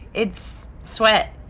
it's sweat.